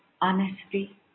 honesty